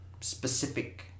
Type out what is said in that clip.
specific